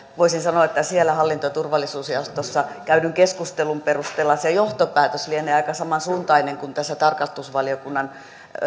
voisin sanoa että siellä hallinto ja turvallisuusjaostossa käydyn keskustelun perusteella se johtopäätös lienee aika samansuuntainen kuin tässä tarkastusvaliokunnan